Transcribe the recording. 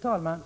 Fru talman!